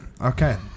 Okay